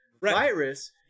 Virus